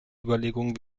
überlegungen